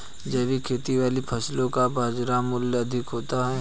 जैविक खेती वाली फसलों का बाजार मूल्य अधिक होता है